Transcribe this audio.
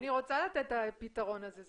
אני רוצה לתת את הפתרון הזה,